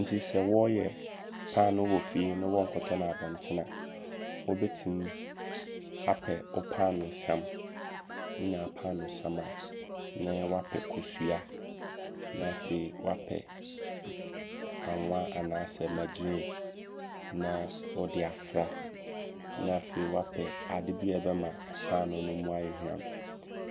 Nti sɛ wɔɔyɛ paanoo wɔ fie ne wɔnkɔto no abɔntene a, wobɛtim apɛ wo paanoo sam. Na afei wapɛ anwa anaa sɛ magyirenn na wode afra. Na afei wapɛ ade bi a, ɛbɛma paanoo no mu ayɛ hwam.